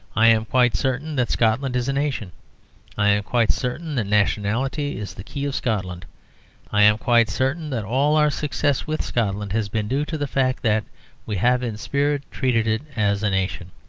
i am quite certain that scotland is a nation i am quite certain that nationality is the key of scotland i am quite certain that all our success with scotland has been due to the fact that we have in spirit treated it as a nation.